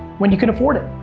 when you can afford it.